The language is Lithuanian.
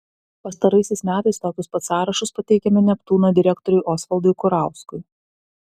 pastaraisiais metais tokius pat sąrašus pateikiame neptūno direktoriui osvaldui kurauskui